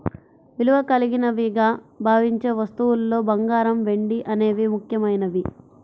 విలువ కలిగినవిగా భావించే వస్తువుల్లో బంగారం, వెండి అనేవి ముఖ్యమైనవి